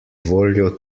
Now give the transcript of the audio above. voljo